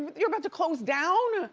you're about to close down?